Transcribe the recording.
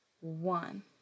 One